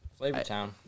Flavortown